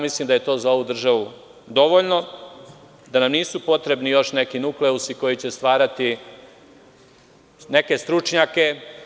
Mislim da je to za ovu državu dovoljno, da nam nisu potrebni još neki nukleusi koji će stvarati neke stručnjake.